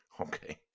Okay